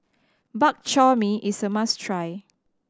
Bak Chor Mee is a must try